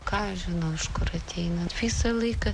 ką aš žinau iš kur ateina visą laiką